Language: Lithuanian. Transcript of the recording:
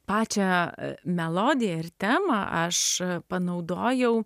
pačią melodiją ir temą aš panaudojau